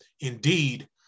Indeed